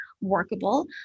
workable